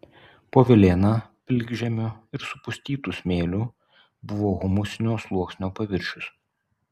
po velėna pilkžemiu ir supustytu smėliu buvo humusinio sluoksnio paviršius